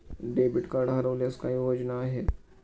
Debit card हरवल्यास काय उपाय योजना आहेत?